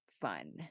fun